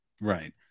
Right